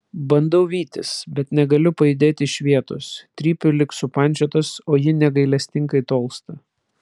bandau vytis bet negaliu pajudėti iš vietos trypiu lyg supančiotas o ji negailestingai tolsta